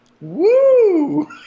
Woo